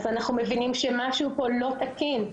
אנחנו מבינים שמשהו פה לא תקין.